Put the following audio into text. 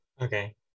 Okay